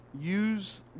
Use